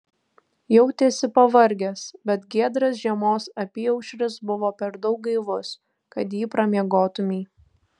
jautėsi pavargęs bet giedras žiemos apyaušris buvo per daug gaivus kad jį pramiegotumei